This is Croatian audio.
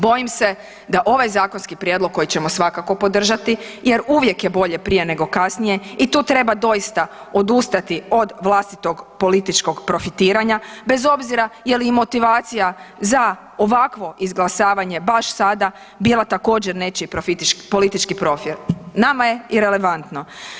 Bojim se da ovaj zakonski prijedlog koji ćemo svakako podržati jer upravo je bolje prije nego kasnije i tu treba doista odustati od vlastitog političkog profitiranja, bez obzira je li motivacija za ovakvo izglasavanje baš sada bila također nečiji politički …, nama je irelevantno.